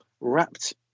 wrapped